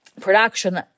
production